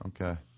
Okay